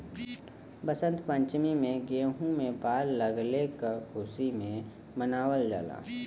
वसंत पंचमी में गेंहू में बाल लगले क खुशी में मनावल जाला